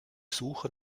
suche